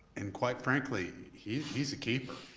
and quite frankly he's he's a keeper.